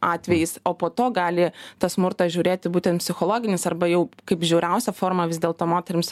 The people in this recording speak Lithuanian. atvejis o po to gali tą smurtą žiūrėti būten psichologinis arba jau kaip žiauriausia forma vis dėlto moterims